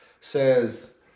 says